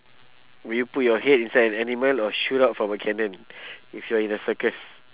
will you put your head inside an animal or shoot out from a cannon if you're in a circus